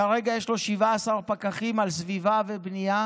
כרגע יש לו 17 פקחים על סביבה ובנייה,